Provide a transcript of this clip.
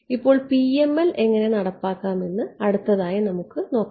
ഇപ്പോൾ PML എങ്ങനെ നടപ്പാക്കാം എന്ന് അടുത്തതായി നമുക്ക് നോക്കാം